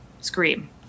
scream